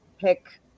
pick